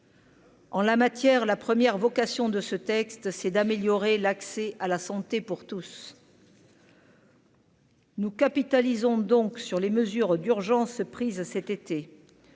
En la matière, la première vocation de ce texte, c'est d'améliorer l'accès à la santé pour tous. Nous capitalisons donc sur les mesures d'urgence prises cet été,